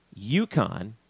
UConn